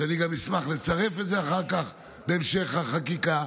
אני גם אשמח לצרף את זה אחר כך בהמשך החקיקה.